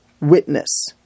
Witness